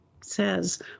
says